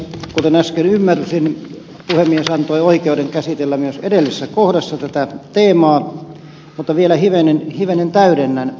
kuten äsken ymmärsin puhemies antoi oikeuden käsitellä myös edellisessä kohdassa tätä teemaa mutta vielä hivenen täydennän